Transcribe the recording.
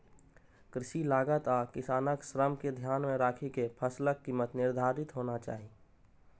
कृषि लागत आ किसानक श्रम कें ध्यान मे राखि के फसलक कीमत निर्धारित होना चाही